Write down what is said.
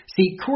See